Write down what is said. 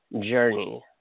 journey